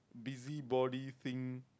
busybody thing